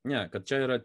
ne kad čia yra